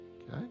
Okay